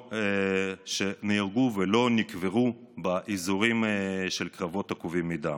שנהרגו ולא נקברו באזורים של קרבות עקובים מדם.